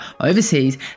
overseas